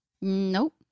nope